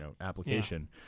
application